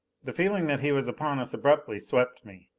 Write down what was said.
the feeling that he was upon us abruptly swept me.